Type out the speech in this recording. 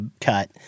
cut